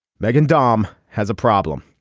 meghan dom has a problem.